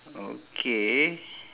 okay